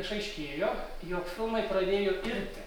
išaiškėjo jog filmai pradėjo irti